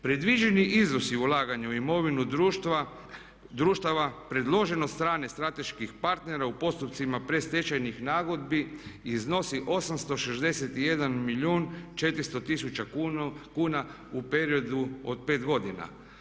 Predviđeni iznosi ulaganju u imovinu društava predložen od strane strateških partnera u postupcima predstečajnih nagodbi iznosi 861 milijun 400 tisuća kuna u periodu od 5 godina.